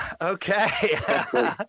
Okay